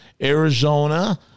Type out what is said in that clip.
Arizona